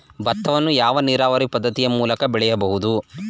ಭತ್ತವನ್ನು ಯಾವ ನೀರಾವರಿ ಪದ್ಧತಿ ಮೂಲಕ ಬೆಳೆಯಬಹುದು?